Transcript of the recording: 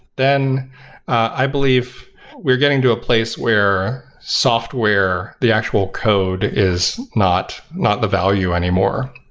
then i believe we are getting to a place where software the actual code is not not the value anymore.